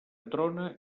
trone